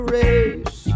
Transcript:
race